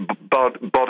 body